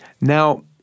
Now